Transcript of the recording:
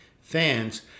fans